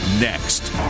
Next